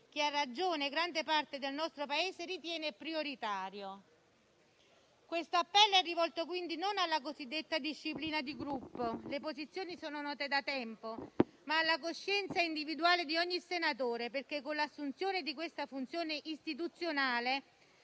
che, a ragione, grande parte del nostro Paese ritiene prioritario. Questo appello è rivolto quindi non alla cosiddetta disciplina di Gruppo - le posizioni sono note da tempo - ma alla coscienza individuale di ogni senatore, perché con l'assunzione di questa funzione istituzionale